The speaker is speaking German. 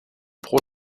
pro